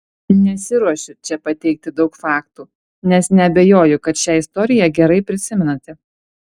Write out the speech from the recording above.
nesiruošiu čia pateikti daug faktų nes neabejoju kad šią istoriją gerai prisimenate